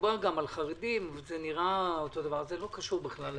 מדובר גם על חרדים וזה נראה אותו דבר אבל זה לא קשור בכלל לעניין.